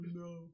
no